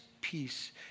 peace